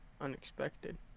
unexpected